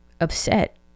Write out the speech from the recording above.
upset